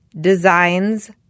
Designs